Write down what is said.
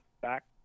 back